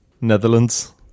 Netherlands